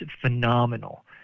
phenomenal